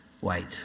wait